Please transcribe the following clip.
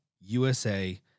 USA